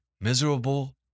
miserable